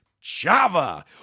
Java